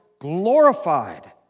glorified